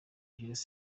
jules